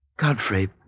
Godfrey